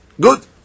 Good